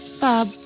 Bob